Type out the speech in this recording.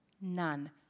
None